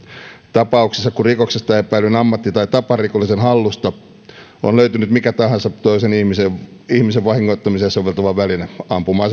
tapauksissa joissa rikoksesta epäillyn ammatti tai taparikollisen hallusta on löytynyt mikä tahansa toisen ihmisen vahingoittamiseen soveltuva väline ampuma